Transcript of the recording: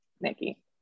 Nikki